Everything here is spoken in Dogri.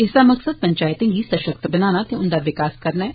एह्दा मकसद पंचेतें गी सशक्त बनाना ते उंदा विकास करना ऐ